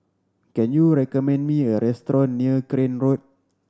can you recommend me a restaurant near Crane Road